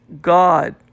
God